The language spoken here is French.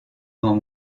grands